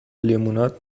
لیموناد